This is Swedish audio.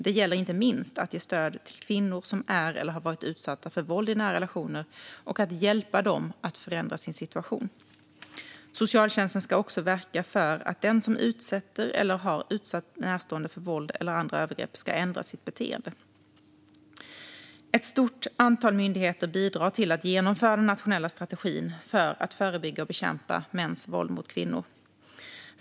Det gäller inte minst att ge stöd till kvinnor som är eller har varit utsatta för våld i nära relationer och att hjälpa dem att förändra sin situation. Socialtjänsten ska också verka för att den som utsätter eller har utsatt närstående för våld eller andra övergrepp ska ändra sitt beteende. Ett stort antal myndigheter bidrar till att genomföra den nationella strategin för att förebygga och bekämpa mäns våld mot kvinnor.